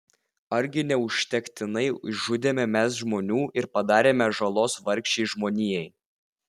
argi neužtektinai išžudėme mes žmonių ir padarėme žalos vargšei žmonijai